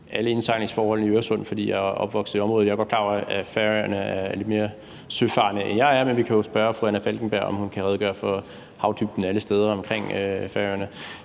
alle indsejlingsforholdene i Øresund, fordi jeg er opvokset i området. Jeg er godt klar over, at Færøerne er lidt mere søfarende, end jeg er, men vi kan jo spørge fru Anna Falkenberg, om hun kan redegøre for havdybden alle steder omkring Færøerne.